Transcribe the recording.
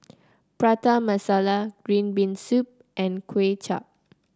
Prata Masala Green Bean Soup and Kuay Chap